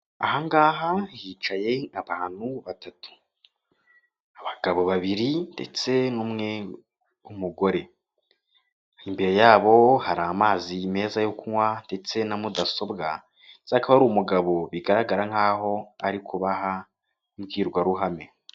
Aha ngaha hicaye abantu batatu abagabo babiri ndetse n'umwe w'umugore, imbere yabo hari amazi meza yo kunywa ndetse na mudasobwa ndetse akaba ari umugabo bigaragara nk'aho ari kubaha imbwirwaruhame.